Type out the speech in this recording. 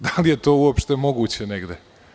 Da li je to uopšte moguće negde?